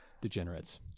degenerates